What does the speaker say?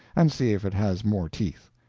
and see if it has more teeth.